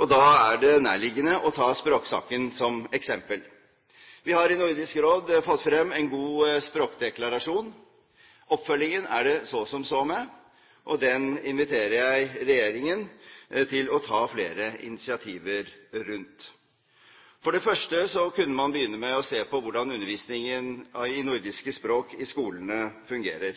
Da er det nærliggende å ta språksaken som eksempel. Vi har i Nordisk Råd fått frem en god språkdeklarasjon. Oppfølgingen er det så som så med, og den inviterer jeg regjeringen til å ta flere initiativ til. For det første kunne man se på hvordan undervisningen i nordiske språk fungerer i skolene.